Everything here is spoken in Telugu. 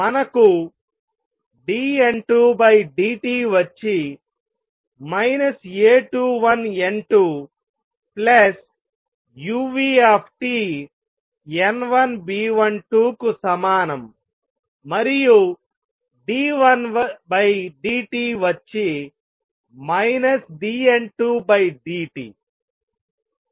మనకు dN2dt వచ్చి A21N2 uTN1B12కు సమానం మరియు dN1dt వచ్చి dN2dt